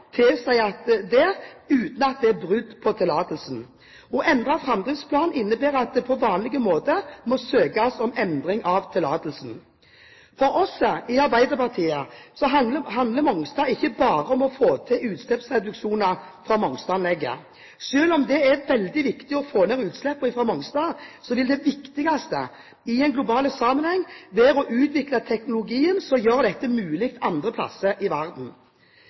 tilsier det uten at det er brudd på tillatelsen. Endret framdriftsplan innebærer at det på vanlige måte må søkes om endring av tillatelsen. For oss i Arbeiderpartiet handler Mongstad ikke bare om å få til utslippsreduksjoner fra Mongstad-anlegget. Selv om det er veldig viktig å få ned utslippene fra Mongstad, vil det viktigste i en global sammenheng være å utvikle teknologien som gjør dette mulig andre steder i verden.